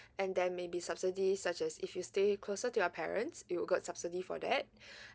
and then maybe subsidy such as if you stay closer to your parents you'll got subsidy for that